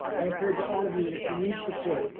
i encourage all of you that if you need support,